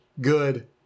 good